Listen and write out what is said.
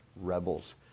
rebels